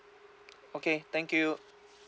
okay thank you